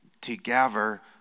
together